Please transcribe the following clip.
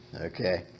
Okay